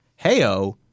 heyo